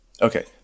Okay